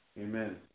amen